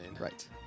Right